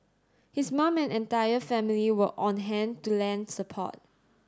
his mum and entire family were on hand to lend support